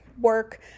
work